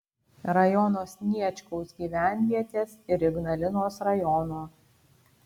rajono sniečkaus gyvenvietės ir ignalinos rajono